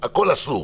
הכל אסור.